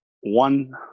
one –